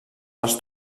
pels